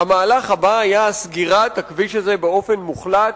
המהלך הבא היה סגירת הכביש הזה באופן מוחלט